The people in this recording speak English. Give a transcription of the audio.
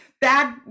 bad